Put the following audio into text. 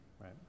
right